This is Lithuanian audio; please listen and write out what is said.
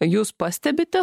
jūs pastebite